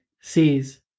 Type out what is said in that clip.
sees